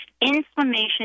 inflammation